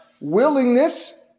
willingness